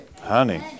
Honey